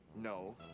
No